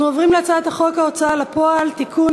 אנחנו עוברים להצעת חוק ההוצאה לפועל (תיקון,